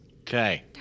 Okay